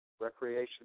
Recreation